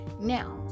Now